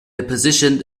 deposition